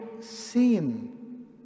seen